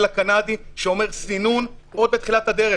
הקנדי שאומר: סינון עוד בתחילת הדרך.